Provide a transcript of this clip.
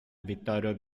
vittorio